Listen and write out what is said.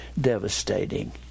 devastating